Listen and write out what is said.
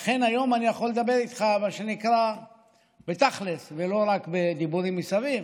לכן היום אני יכול לדבר איתך מה שנקרא בתכל'ס ולא רק בדיבורים מסביב.